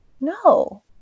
no